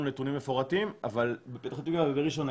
נתונים מפורטים אבל בפתח-תקווה ובראשון,